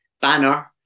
banner